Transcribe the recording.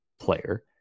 player